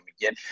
again